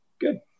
good